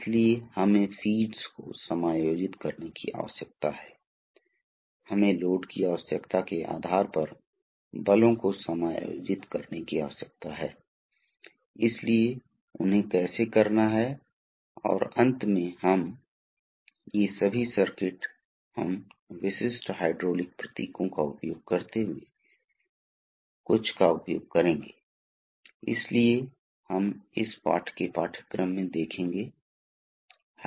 इसलिए हम वास्तव में अतुलनीय तरल पदार्थों की इस संपत्ति का उपयोग बलों को संचारित करने के लिए करते हैं इसलिए हम लागू करेंगे मूल रूप से हाइड्रोलिक नियंत्रण प्रणाली का उपयोग विभिन्न परिस्थितियों में भारी भार के खिलाफ बहुत सटीक गति के तहत गति बनाने के लिए किया जाता है